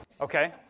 Okay